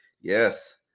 yes